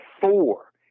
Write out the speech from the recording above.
four